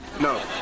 No